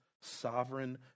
sovereign